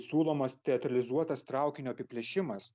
siūlomas teatralizuotas traukinio apiplėšimas